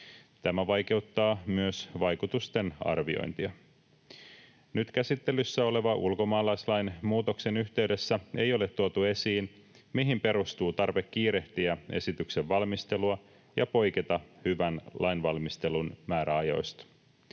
Tämä vaikeuttaa myös vaikutusten arviointia. Nyt käsittelyssä olevan ulkomaalaislain muutoksen yhteydessä ei ole tuotu esiin, mihin perustuu tarve kiirehtiä esityksen valmistelua ja poiketa hyvän lainvalmistelun määräajoista.